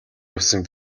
явсан